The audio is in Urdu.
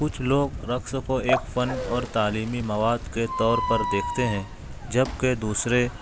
کچھ لوگ رقص کو ایک فن اور تعلیمی مواد کے طور پر دیکھتے ہیں جب کہ دوسرے